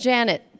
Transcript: Janet